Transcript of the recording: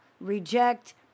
reject